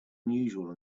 unusual